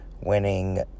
winning